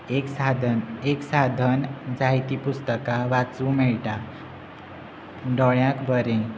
एक साधन एक साधन जायती पुस्तकां वाचूं मेळटा दोळ्यांक बरें